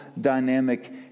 dynamic